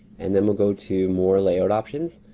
and then we'll go to more layered options.